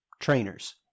trainers